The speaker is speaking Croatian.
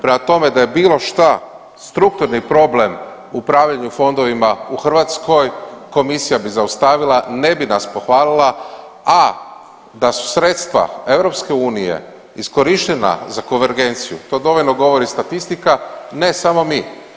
Prema tome, da je bilo šta strukturni problem u upravljanju fondovima u Hrvatskoj Komisija bi zaustavila, ne bi nas pohvalila a da su sredstva EU iskorištena za konvergenciju to dovoljno govori statistika ne samo mi.